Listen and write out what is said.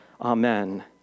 Amen